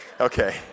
Okay